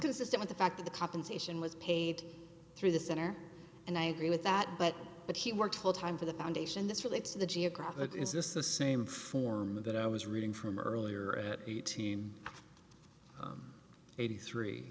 consistent with the fact that the compensation was paid through the center and i agree with that but but he worked full time for the foundation this relates to the geographic is this the same form that i was reading from earlier at eighteen eighty three